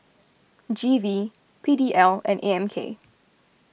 G V P D L and A M K